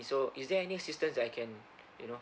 so is there any assistance I can you know